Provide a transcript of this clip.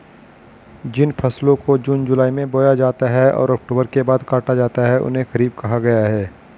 जिन फसलों को जून जुलाई में बोया जाता है और अक्टूबर के बाद काटा जाता है उन्हें खरीफ कहा गया है